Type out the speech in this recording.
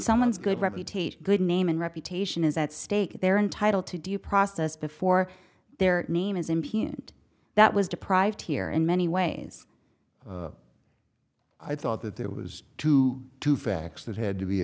someone's good reputation good name and reputation is at stake they're entitled to due process before their name is impeachment that was deprived here in many ways i thought that there was two two facts that had to be